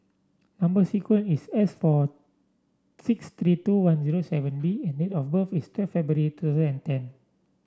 number sequence is S four six three two one zero seven B and date of birth is twelve February two thousand and ten